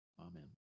Amen